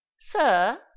Sir